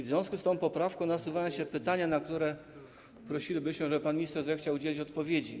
W związku z tą poprawką nasuwają się pytania, na które prosilibyśmy, żeby pan minister zechciał udzielić odpowiedzi.